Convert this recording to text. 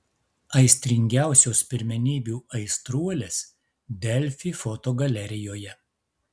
aistringiausios pirmenybių aistruolės delfi fotogalerijoje